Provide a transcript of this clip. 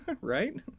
Right